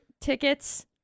tickets